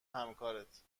همکارت